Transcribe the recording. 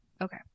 okay